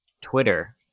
Twitter